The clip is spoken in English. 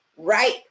right